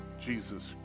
Jesus